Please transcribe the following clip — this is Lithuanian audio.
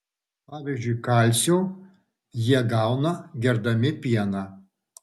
pavyzdžiui kalcio jie gauna gerdami pieną